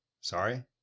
Sorry